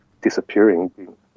disappearing